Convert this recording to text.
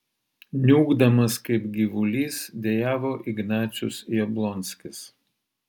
niūkdamas kaip gyvulys dejavo ignacius jablonskis